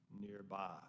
nearby